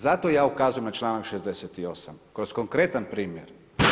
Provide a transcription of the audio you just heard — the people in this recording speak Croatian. Zato ja ukazujem na članak 68. kroz konkretan primjer.